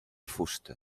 fusta